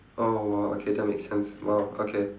oh !wow! okay that makes sense !wow! okay